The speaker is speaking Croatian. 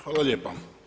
Hvala lijepa.